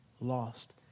lost